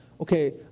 okay